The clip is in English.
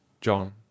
JOHN